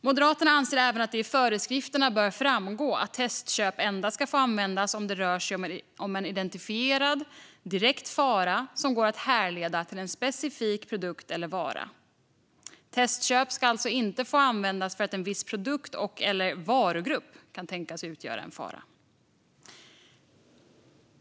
Moderaterna anser även att det i föreskrifterna bör framgå att testköp endast ska få användas om det rör sig om en identifierad direkt fara som går att härleda till en specifik produkt eller vara. Testköp ska alltså inte få användas för att en viss produkt eller varugrupp kan tänkas utgöra en fara.